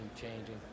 changing